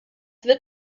wird